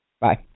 Bye